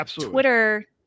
Twitter